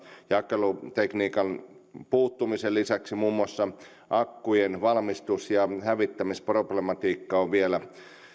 jakelutekniikan puuttumisen lisäksi muun muassa akkujen valmistus ja hävittämisproblematiikka on vielä